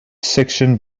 section